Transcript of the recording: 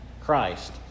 Christ